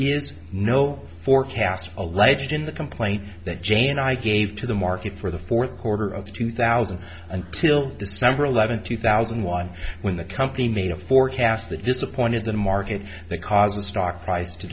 is no forecast alleged in the complaint that jane i gave to the market for the fourth quarter of two thousand until december eleventh two thousand and one when the company made a forecast that disappointed the market that causes stock prices to